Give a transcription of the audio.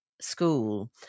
school